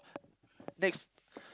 next